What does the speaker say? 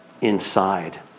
inside